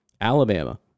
Alabama